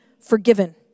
forgiven